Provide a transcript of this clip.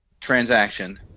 transaction